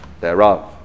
thereof